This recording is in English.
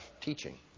teaching